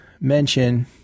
mention